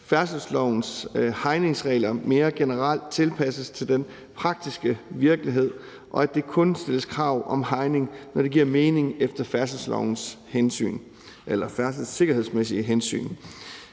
færdselslovens hegningsregler mere generelt tilpasses til den praktiske virkelighed, og at der kun stilles krav om hegning, når det giver mening efter færdselssikkerhedsmæssige hensyn.